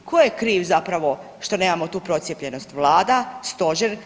Tko je kriv zapravo što nemamo tu procijepljenost Vlada, stožer?